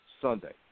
Sunday